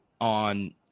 on